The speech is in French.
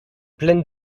pleine